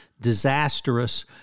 disastrous